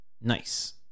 Nice